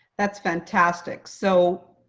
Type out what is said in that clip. that's fantastic. so,